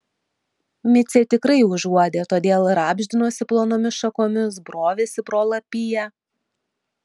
micė tikrai užuodė todėl rabždinosi plonomis šakomis brovėsi pro lapiją